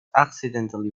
accidentally